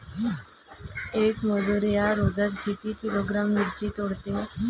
येक मजूर या रोजात किती किलोग्रॅम मिरची तोडते?